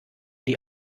die